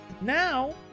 now